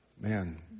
man